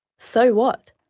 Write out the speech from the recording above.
so what?